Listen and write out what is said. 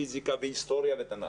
פיזיקה והיסטוריה ותנ"ך,